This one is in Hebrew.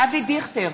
אבי דיכטר,